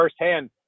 firsthand